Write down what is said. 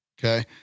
okay